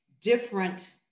different